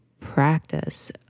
practice